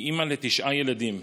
היא אימא לתשעה ילדים,